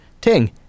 Ting